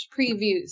previews